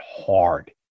hard